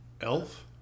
Elf